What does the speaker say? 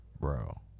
Bro